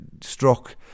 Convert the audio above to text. struck